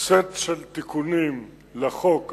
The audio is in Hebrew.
סט של תיקונים לחוק,